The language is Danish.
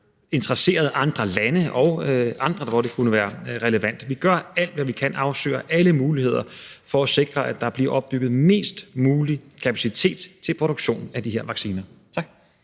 interesserede andre lande og andre, for hvem det kunne være relevant. Vi gør alt, hvad vi kan – vi afsøger alle muligheder – for at sikre, at der bliver opbygget mest mulig kapacitet til produktion af de her vacciner. Tak.